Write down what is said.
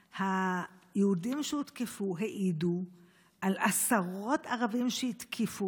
כי היהודים שהותקפו העידו על עשרות ערבים שהתקיפו